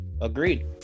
Agreed